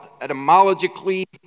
etymologically